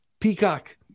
Peacock